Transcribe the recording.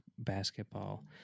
basketball